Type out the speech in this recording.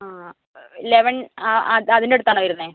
ആ ഇലവൻ അതിൻ്റെ അടുത്താണോ വരുന്നത്